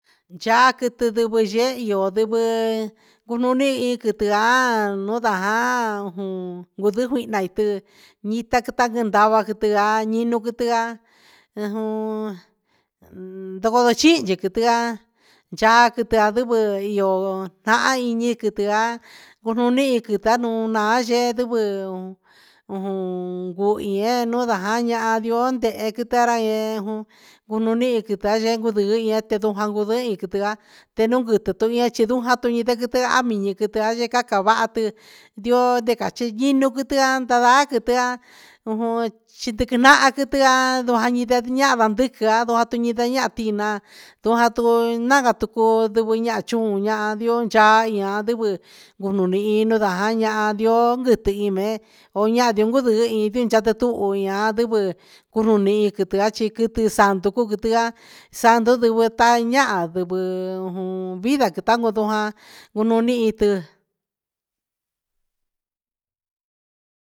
Cha quiti kigui ye io ndigui ju un ni quitia nuna jaa jun cuihna i taqui taqui ndava quitia i un quitia ujun ndoco chihi quitia cha quitia andivɨ tahan ii quitia cununi iqui chi ji tajatu un naan ya ivɨ juun jaa avin ndehe quita ra yee gununihin quita un yiti jaguni quiti via ndujii quitian cava vaha ndioo cachi yinu quitian ndaa ndaa quiti cha nahan quitian nduahan jaan quitian ahan van ndiquian ndo ahan tinaan ahan chuun ahan viu chaa andivɨ cununi chi quiti sanatu cuu quitian santu cuu ta santu cuu tahan ahan qui vida cuu nanu jun tan cuu nuni tan iti.